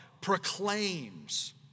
proclaims